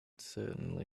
certainly